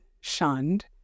shunned